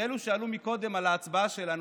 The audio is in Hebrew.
ואלו שענו קודם על ההצבעה שלנו,